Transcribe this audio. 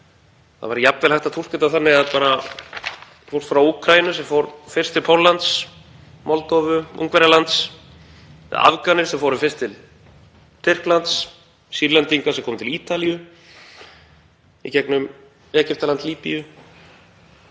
Það væri jafnvel hægt að túlka þetta þannig að fólk frá Úkraínu sem fór fyrst til Póllands, Moldóvu, Ungverjalands, eða Afganir sem fóru fyrst til Tyrklands, Sýrlendingar sem komu til Ítalíu í gegnum Egyptaland, Líbíu